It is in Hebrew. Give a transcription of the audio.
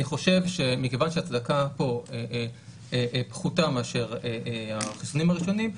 חושב שמכיוון ההצדקה פה פחותה מאשר החיסונים הראשונים,